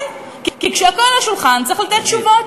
כן, כי כשהכול על השולחן, צריך לתת תשובות.